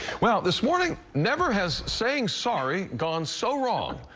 well, this morning, never has saying sorry gone so wrong.